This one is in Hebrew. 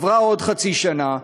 עברה עוד חצי שנה,